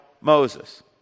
Moses